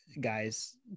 guys